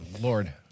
Lord